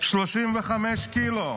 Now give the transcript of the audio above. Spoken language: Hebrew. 35 קילו.